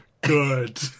good